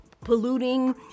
polluting